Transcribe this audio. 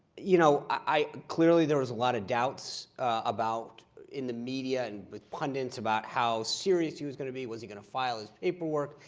you know, clearly there was a lot of doubts about in the media and with pundits about how serious he was going to be. was he going to file his paperwork,